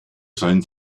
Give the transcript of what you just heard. sollten